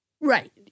Right